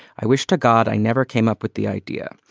i wish to god i never came up with the idea.